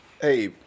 Hey